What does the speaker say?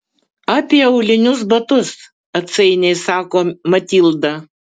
apie aulinius batus atsainiai sako matilda